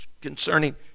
concerning